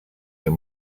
your